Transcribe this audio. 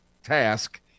task